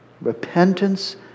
Repentance